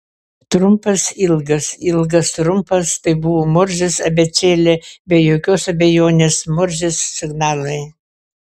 trumpas ilgas ilgas trumpas tai buvo morzės abėcėlė be jokios abejonės morzės signalai